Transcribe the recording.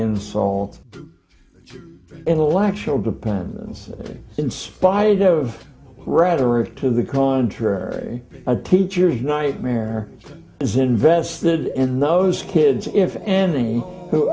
insult intellectual dependence in spite of rhetoric to the contrary a teacher's nightmare is invested in those kids if any who